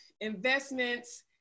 investments